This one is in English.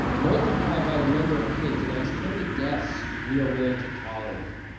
multiply by the number of kids and ask how many deaths we are willing to tolerate.